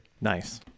nice